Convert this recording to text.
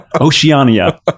Oceania